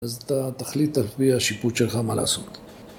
אז אתה תחליט על פי השיפוט שלך מה לעשות